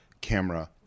camera